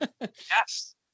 Yes